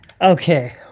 Okay